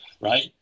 right